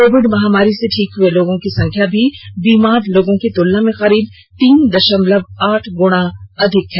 Covid महामारी से ठीक हुए लोगों की संख्या भी बीमार लोगों की तुलना में करीब तीन दशमलव आठ गुना अधिक है